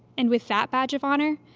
and with that badge of honor,